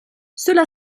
cela